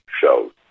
shows